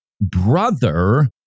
brother